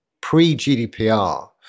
pre-GDPR